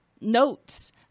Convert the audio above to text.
notes